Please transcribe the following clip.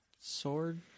sword